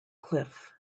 cliff